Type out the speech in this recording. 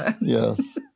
yes